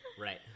Right